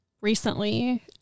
recently